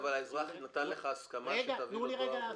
האזרח נתן לך הסכמה שתעביר לו דואר אלקטרוני?